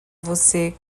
você